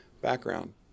background